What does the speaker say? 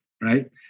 Right